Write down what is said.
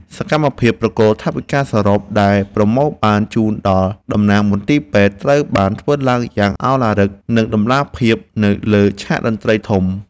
សកម្មភាពប្រគល់ថវិកាសរុបដែលប្រមូលបានជូនដល់តំណាងមន្ទីរពេទ្យ ត្រូវបានធ្វើឡើងយ៉ាងឱឡារិក និងតម្លាភាពនៅលើឆាកតន្ត្រីធំ។